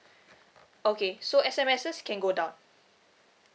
okay so S_M_S can go down